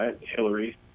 Hillary